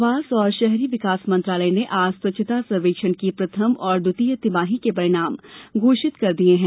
आवास और शहरी विकास मंत्रालय ने आज स्वच्छता सर्वेक्षण की प्रथम और द्वितीय तिमाही के परिणाम घोषित कर दिये हैं